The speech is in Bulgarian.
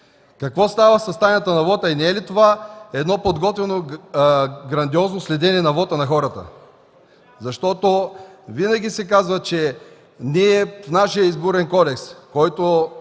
Какво става с тайната на вота? Не е ли това подготвено грандиозно следене на вота на хората?! Винаги се казва, че нашият Изборен кодекс, който